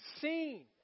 seen